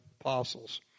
apostles